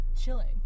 chilling